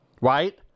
right